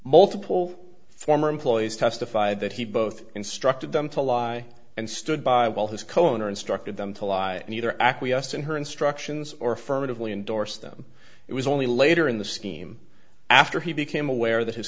multiple former employees testified that he both instructed them to lie and stood by while his coner instructed them to lie and either acquiesced in her instructions or affirmatively endorse them it was only later in the scheme after he became aware that his